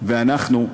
ואנחנו,